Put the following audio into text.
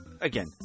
again